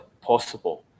possible